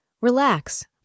Relax